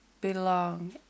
belong